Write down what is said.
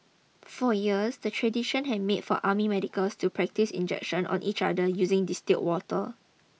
for years the tradition had been for army medics to practise injections on each other using distilled water